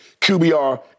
QBR